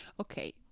okay